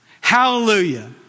hallelujah